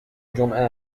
جمعه